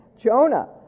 Jonah